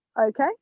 okay